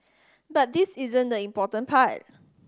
but this isn't the important part